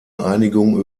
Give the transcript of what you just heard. einigung